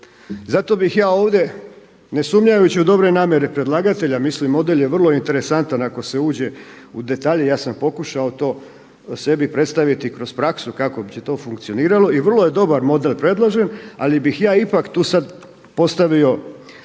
zato bih ja ovdje, ne sumnjajući u dobre namjere predlagatelja, mislim ovdje je vrlo interesantan ako se uđe u detalje i ja sam pokušao to sebi predstaviti kroz praksu kako bi to funkcioniralo i vrlo je dobar model predložen, ali bih ja ipak tu sada postavio